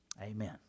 amen